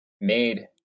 made